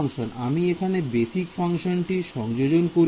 আমি এখনো বেসিক ফাংশনটির সংযোজন করিনি